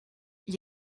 gli